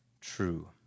true